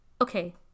Okay